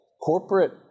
corporate